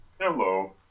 Hello